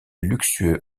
luxueux